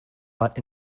but